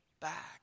back